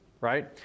Right